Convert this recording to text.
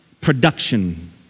production